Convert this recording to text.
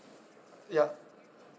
ya